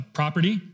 property